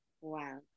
Wow